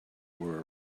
were